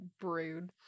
brood